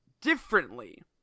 differently